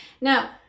now